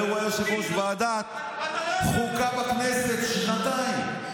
הרי הוא היה יושב-ראש ועדת החוקה בכנסת שנתיים.